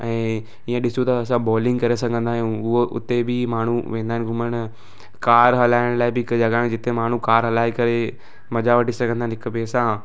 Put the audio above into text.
ऐं हीअं ॾिसूं त बॉलिंग करे सघंदा आहियूं उहे उते बि माण्हू वेंदा आहिनि घुमण कार हलाइण लाइ बि हिकु जॻह आहे जिते माण्हू कार हलाए करे मज़ा वठी सघंदा आहिनि हिकु ॿिए सां